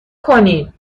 کنین